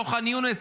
לא ח'אן יונס,